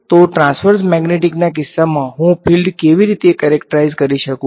તો ટ્રાંસવર્સ મેગ્નેટિકના કિસ્સામાં હું ફીલ્ડ કેવી રીતે કરેક્ટરાઈઝ કરી શકું